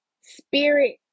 spirit